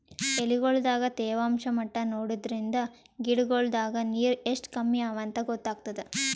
ಎಲಿಗೊಳ್ ದಾಗ ತೇವಾಂಷ್ ಮಟ್ಟಾ ನೋಡದ್ರಿನ್ದ ಗಿಡಗೋಳ್ ದಾಗ ನೀರ್ ಎಷ್ಟ್ ಕಮ್ಮಿ ಅವಾಂತ್ ಗೊತ್ತಾಗ್ತದ